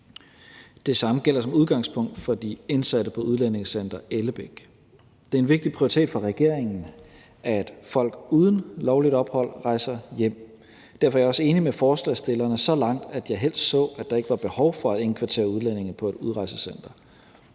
Det samme gælder som udgangspunkt for de indsatte på Udlændingecenter Ellebæk. Det er en vigtig prioritet for regeringen, at folk uden lovligt ophold rejser hjem. Derfor er jeg også enig med forslagsstillerne så langt, at jeg helst så, at der ikke var behov for at indkvartere udlændingene på et udrejsecenter.